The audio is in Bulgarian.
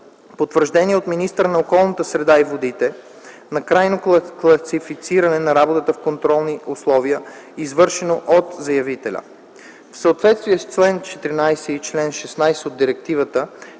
потвърждаване от министъра на околната среда и водите на крайното класифициране на работата в контролирани условия, извършено от заявителя. В съответствие с чл. 14 и чл. 16 от директивата